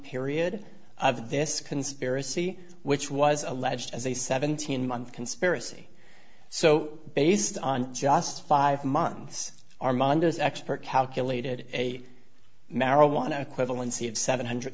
this conspiracy which was alleged as a seventeen month conspiracy so based on just five months armando's expert calculated a marijuana equivalency of seven hundred